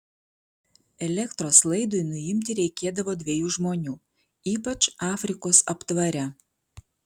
elektros laidui nuimti reikėdavo dviejų žmonių ypač afrikos aptvare